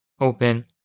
open